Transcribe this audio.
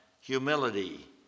humility